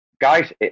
Guys